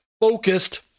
focused